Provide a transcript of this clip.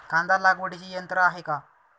कांदा लागवडीचे यंत्र आहे का?